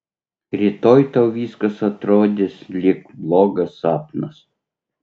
rytoj tau viskas atrodys lyg blogas sapnas